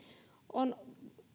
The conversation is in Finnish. on